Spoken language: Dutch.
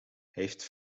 heeft